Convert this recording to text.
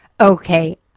Okay